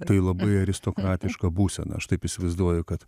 tai labai aristokratiška būsena aš taip įsivaizduoju kad